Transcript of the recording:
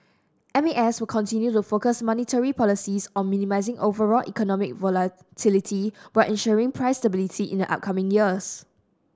M A S will continue to focus monetary policies on minimising overall economic volatility while ensuring price stability in the coming years